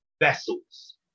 vessels